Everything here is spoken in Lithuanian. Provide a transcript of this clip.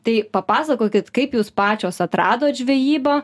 tai papasakokit kaip jūs pačios atradot žvejybą